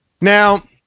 Now